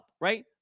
Right